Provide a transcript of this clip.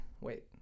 Wait